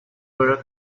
where